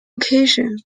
occasion